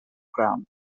crown